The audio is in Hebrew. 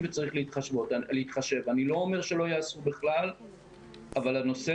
עדיין לא לגבי ענין